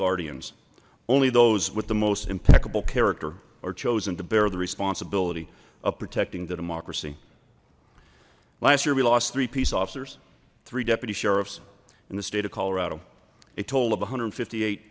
guardians only those with the most impeccable character are chosen to bear the responsibility of protecting the democracy last year we lost three peace officers three deputy sheriff's in the state of colorado a total of one hundred and fifty eight